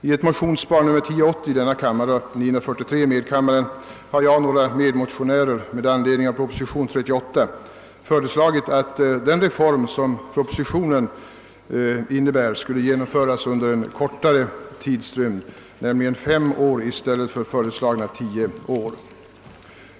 I motionsparet 1:943 och 11:1080 har vi föreslagit att den reform som presenteras i proposition 38 skulle genomföras inom en kortare tidrymd, nämligen fem år i stället för föreslagna tio år.